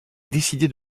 décidé